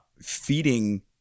feeding